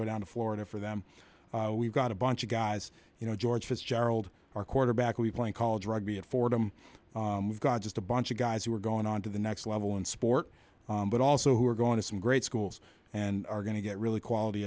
go down to florida for them we've got a bunch of guys you know george fitzgerald our quarterback we played called rugby at fordham we've got just a bunch of guys who are going on to the next level in sport but also who are going to some great schools and are going to get really quality